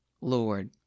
Lord